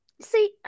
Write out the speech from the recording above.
see